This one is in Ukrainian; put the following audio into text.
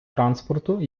транспорту